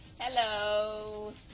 Hello